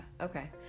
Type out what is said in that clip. okay